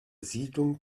siedlung